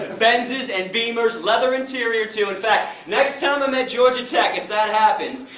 benzes and beamers, leather interior too, in fact, next time i'm at georgia tech, if that happens,